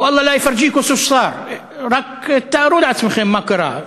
ואללה לאפרג'יכּו שו צאר, רק תארו לעצמכם מה קרה.